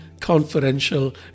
confidential